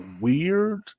weird